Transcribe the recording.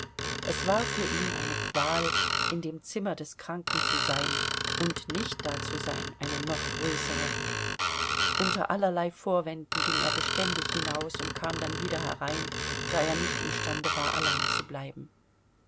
es war für ihn eine qual in dem zimmer des kranken zu sein und nicht da zu sein eine noch größere unter allerlei vorwänden ging er beständig hinaus und kam dann wieder herein da er nicht imstande war allein zu bleiben